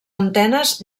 antenes